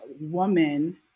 woman